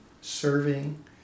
serving